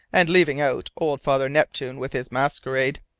and leaving out old father neptune with his masquerade.